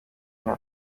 inka